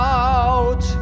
out